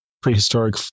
Prehistoric